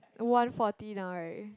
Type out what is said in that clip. one forty now right